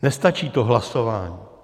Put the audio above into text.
Nestačí to hlasování.